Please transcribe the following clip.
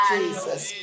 Jesus